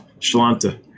Shalanta